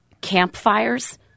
campfires